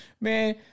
Man